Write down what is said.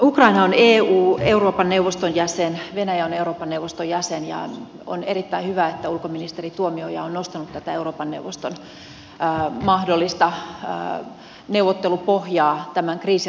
ukraina on euroopan neuvoston jäsen venäjä on euroopan neuvoston jäsen ja on erittäin hyvä että ulkoministeri tuomioja on nostanut tätä euroopan neuvoston mahdollista neuvottelupohjaa tämän kriisin ratkaisemiseksi